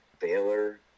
Baylor